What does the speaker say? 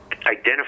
identify